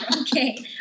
Okay